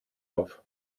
auf